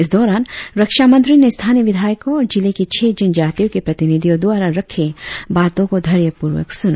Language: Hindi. इस दौरान रक्षामंत्री ने स्थानिय विधायकों और जिले के छह जनजातियों के प्रतिनिधियों द्वारा रखे बातों को धर्यपुर्वक सुना